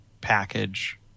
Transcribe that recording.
package